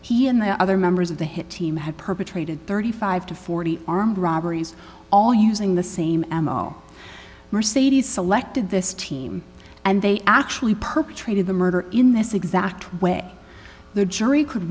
he and the other members of the hit team had perpetrated thirty five to forty armed robberies all using the same ammo mercedes selected this team and they actually perpetrated the murder in this exact way the jury could